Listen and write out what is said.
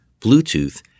Bluetooth